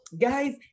guys